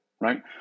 right